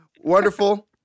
Wonderful